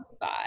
Bye